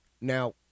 Now